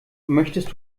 möchtest